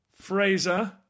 Fraser